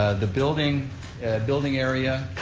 ah the building building area,